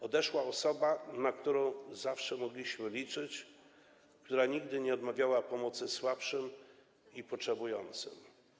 Odeszła osoba, na którą zawsze mogliśmy liczyć, która nigdy nie odmawiała pomocy słabszym i potrzebującym.